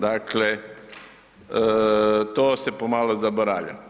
Dakle, to se pomalo zaboravlja.